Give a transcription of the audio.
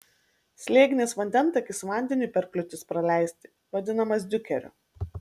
slėginis vandentakis vandeniui per kliūtis praleisti vadinamas diukeriu